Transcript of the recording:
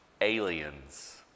aliens